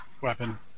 weapon